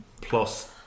plus